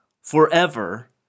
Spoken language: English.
forever